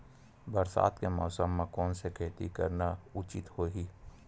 बरसात के मौसम म कोन से खेती करना उचित होही?